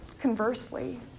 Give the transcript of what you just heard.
conversely